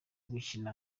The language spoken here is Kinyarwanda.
gukina